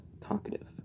talkative